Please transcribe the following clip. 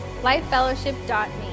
lifefellowship.me